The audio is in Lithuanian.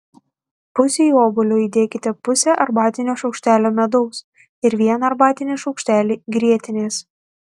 pusei obuolio įdėkite pusę arbatinio šaukštelio medaus ir vieną arbatinį šaukštelį grietinės